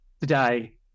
Today